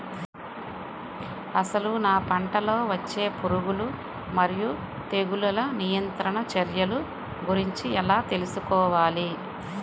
అసలు నా పంటలో వచ్చే పురుగులు మరియు తెగులుల నియంత్రణ చర్యల గురించి ఎలా తెలుసుకోవాలి?